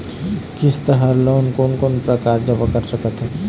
किस्त हर कोन कोन प्रकार से जमा करा सकत हन?